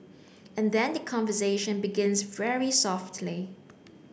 and then the conversation begins very softly